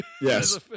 Yes